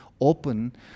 open